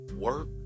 work